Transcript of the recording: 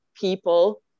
people